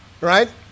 right